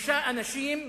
שלושה אנשים,